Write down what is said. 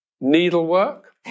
needlework